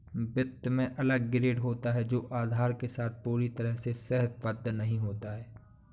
वित्त में अलग ग्रेड होता है जो आधार के साथ पूरी तरह से सहसंबद्ध नहीं होता है